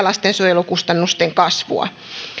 lastensuojelukustannusten kasvua